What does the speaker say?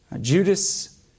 Judas